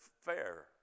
fair